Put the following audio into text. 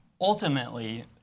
Ultimately